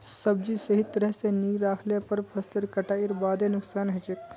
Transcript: सब्जी सही तरह स नी राखले पर फसलेर कटाईर बादे नुकसान हछेक